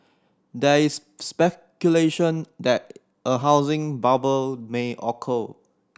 there is speculation that a housing bubble may occur